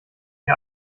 ihr